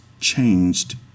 changed